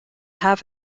have